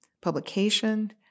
publication